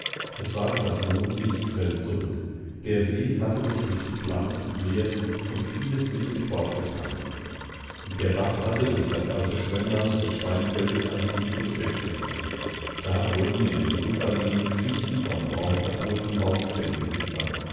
es warf das mondlicht grell zurück der see hatte sich durch die klamm entleert und vieles mit sich fortgetragen der bach hatte durch das alte schwemmland des steinfeldes ein tiefes bett gerissen da wurden in den uferlehnen schichten von braun verkohlten baumstämmen sichtbar